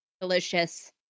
delicious